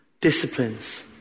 disciplines